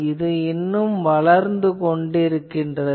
இவை இன்னும் வளர்ந்து கொண்டிருக்கின்றன